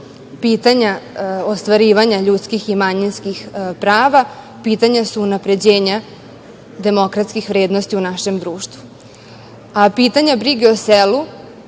Pitanja ostvarivanja ljudskih i manjinskih prava pitanja su unapređenja demokratskih vrednosti u našem društvu, a pitanja brige o selu